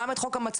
גם את חוק המצלמות,